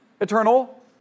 eternal